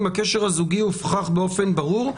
אם הקשר הזוגי הוכח באופן ברור.